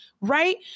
right